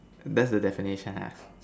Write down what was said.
that's the definition